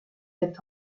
lebt